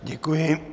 Děkuji.